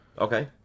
okay